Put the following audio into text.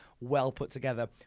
well-put-together